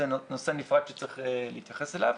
זה נושא נפרד שצריך להתייחס אליו,